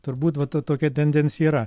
turbūt va to tokia tendencija yra